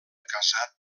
casat